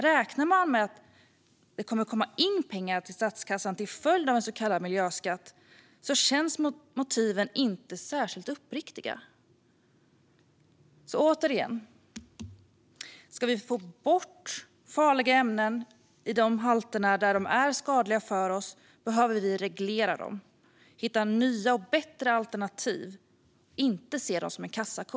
Räknar man med att det kommer att komma in pengar till statskassan till följd av en så kallad miljöskatt känns motiven inte särskilt uppriktiga. Återigen: Ska vi få bort farliga ämnen i de halter där de är skadliga för oss behöver vi reglera dem, hitta nya och bättre alternativ och inte se dem som en kassako.